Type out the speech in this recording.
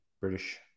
British